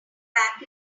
back